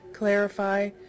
clarify